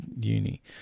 uni